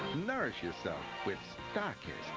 nourish yourself with starkist.